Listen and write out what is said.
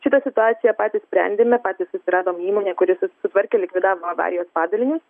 šitą situaciją patys sprendėme patys susiradom įmonę kuri su susitvarkė likvidavo avarijos padalinius